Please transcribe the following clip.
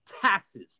taxes